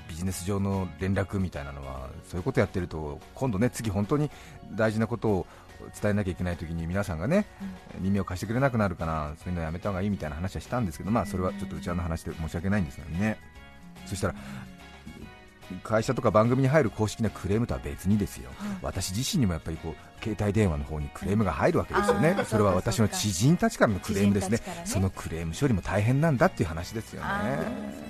ビジネス上の連絡みたいなのは、そういうことやってると、今度ね、次本当に大事なことを伝えなきゃいけない時に皆さんがね、うん。耳を貸してくれなくなるから、そういうのやめた方がいいみたいな話はしたんですけど、まあ、それはちょっと内輪の話で申し訳ないんですよね。そしたら、会社とか番組に入る公式なクレームとは別にですよ。はい。私自身にもやっぱりこう、携帯電話の方にクレームが入るわけですよね。あー、それは私の知人たちからのクレームですね。知人たちからね。そのクレーム処理も大変なんだっていう話ですよね。あー、そっかそっか。そう。